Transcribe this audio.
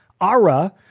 ARA